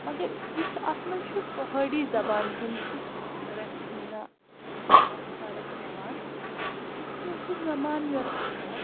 مگر یہِ چھُ اَتھ منٛز چھُ پہٲڑی زَبانہِ ہُنٛد تیٛتھ رژھہِ ہینہ اَکھ فرق پیٚوان تہٕ کٲشِر زبان یۄس چھِ